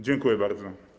Dziękuję bardzo.